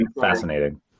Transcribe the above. fascinating